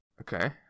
Okay